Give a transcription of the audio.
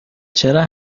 چرا